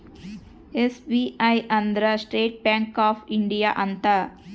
SBI ಅಂದ್ರ state bank of India ಅಂತ